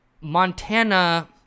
Montana